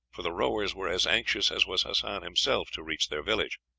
for the rowers were as anxious as was hassan himself to reach their village.